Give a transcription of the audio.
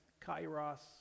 Kairos